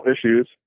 issues